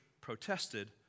protested